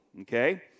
Okay